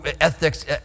ethics